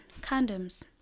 condoms